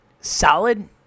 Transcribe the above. solid